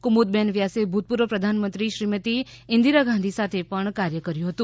કુમુદબેન વ્યાસે ભૂતપૂર્વ પ્રધાનમંત્રી શ્રીમતી ઇન્દીરા ગાંધી સાથે પણ કાર્ય કર્યું હતું